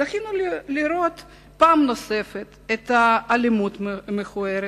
זכינו לראות פעם נוספת את האלימות המכוערת,